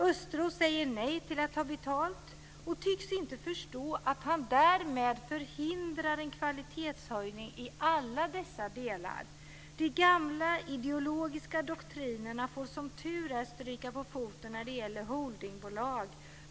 Östros säger nej till att ta betalt och tycks inte förstå han därmed förhindrar en kvalitetshöjning i alla dessa delar. De gamla ideologiska doktrinerna får som tur är stryka på foten när det gäller holdingbolag.